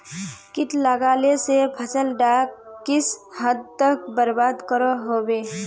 किट लगाले से फसल डाक किस हद तक बर्बाद करो होबे?